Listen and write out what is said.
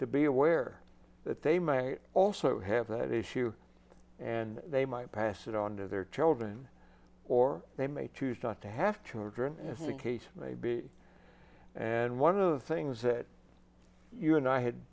to be aware that they might also have that issue and they might pass it on to their children or they may choose not to have to address as the case may be and one of the things that you and i had